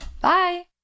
Bye